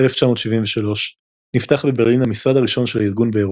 ובאוגוסט 1973 נפתח בברלין המשרד הראשון של הארגון באירופה.